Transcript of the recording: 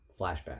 flashback